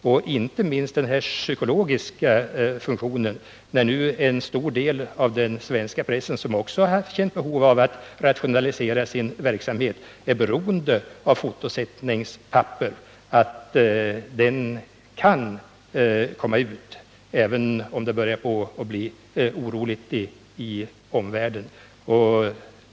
Och inte minst av psykologiska skäl är det viktigt att se till att den stora del av den svenska pressen som känt sig tvingad att rationalisera och därmed blivit beroende av fotosättningspapper kan komma ut, även om det börjar bli oroligt i omvärlden.